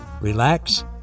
relax